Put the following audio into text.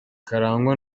karangwa